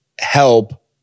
help